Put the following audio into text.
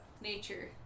nature